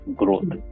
growth